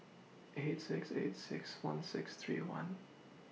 eight six eight six one six three one